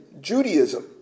Judaism